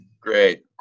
Great